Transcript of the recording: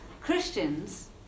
Christians